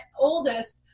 oldest